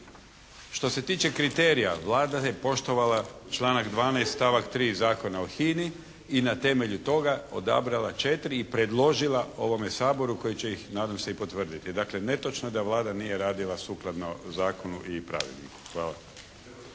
Što se tiče kriterija, Vlada je poštovala članak 12. stavak 3. Zakona o HINA-i i na temelju toga 4 i predložila ovome Saboru koji će ih nadam se i potvrditi. Dakle netočno je da Vlada nije radila sukladno zakonu i pravilniku. Hvala.